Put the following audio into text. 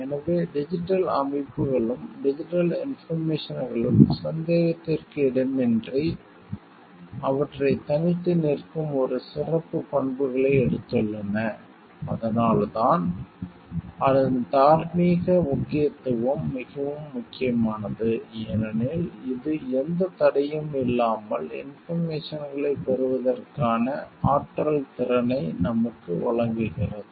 எனவே டிஜிட்டல் அமைப்புகளும் டிஜிட்டல் இன்போர்மேசன்களும் சந்தேகத்திற்கு இடமின்றி அவற்றைத் தனித்து நிற்கும் ஒரு சிறப்புப் பண்புகளை எடுத்துள்ளன அதனால்தான் அதன் தார்மீக முக்கியத்துவம் மிகவும் முக்கியமானது ஏனெனில் இது எந்தத் தடையும் இல்லாமல் இன்போர்மேசன்களைப் பெறுவதற்கான ஆற்றல் திறனை நமக்கு வழங்குகிறது